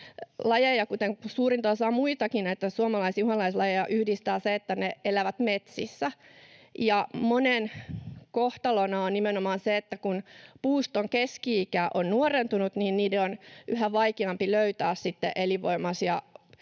suurinta osaa muitakin suomalaisia uhanalaislajeja, yhdistää se, että ne elävät metsissä, ja monen kohtalona on nimenomaan se, että kun puuston keski-ikä on nuorentunut, niin niiden on yhä vaikeampi löytää sitten elinvoimaisuutta